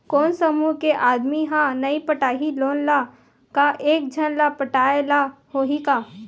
कोन समूह के आदमी हा नई पटाही लोन ला का एक झन ला पटाय ला होही का?